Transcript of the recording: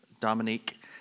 Dominique